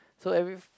so every